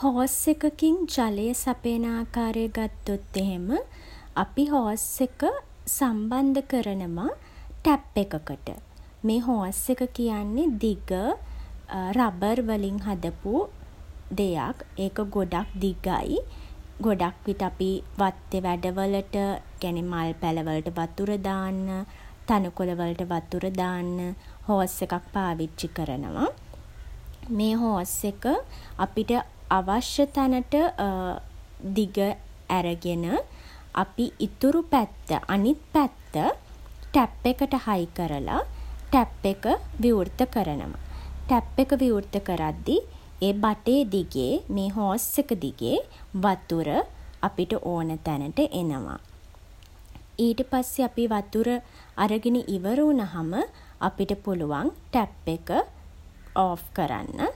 Hose එකකින් ජලය සපයන ආකාරය ගත්තොත් එහෙම, අපි හෝස් එක සම්බන්ධ කරනවා ටැප් එකකට. මේ හෝස් එක කියන්නේ දිග රබර් වලින් හදපු දෙයක්. ඒක ගොඩක් දිගයි. ගොඩක් විට අපි වත්තේ වැඩවලට, ඒ කියන්නේ මල් පැළ වලට වතුර දාන්න, තණකොළ වලට වතුර දාන්න, හෝස් එකක් පාවිච්චි කරනවා. මේ හෝස් එක අපිට අවශ්‍ය තැනට දිග ඇරගෙන, අපි ඉතුරු පැත්ත, අනිත් පැත්ත ටැප් එකට හයි කරලා ටැප් එක විවෘත කරනවා. ටැප් එක විවෘත කරද්දි ඒ බටේ දිගේ, මේ හෝස් එක දිගේ වතුර අපිට ඕන තැනට එනවා. ඊට පස්සේ අපි වතුර අරගෙන ඉවර වුණහම අපිට පුළුවන් ටැප් එක ඕෆ් කරන්න.